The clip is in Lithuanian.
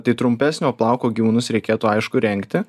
tai trumpesnio plauko gyvūnus reikėtų aišku rengti